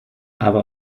aber